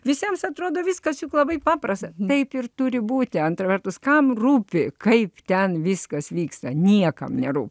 visiems atrodo viskas juk labai paprasta taip ir turi būti antra vertus kam rūpi kaip ten viskas vyksta niekam nerūpi